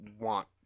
want